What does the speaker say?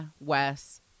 Wes